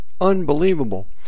unbelievable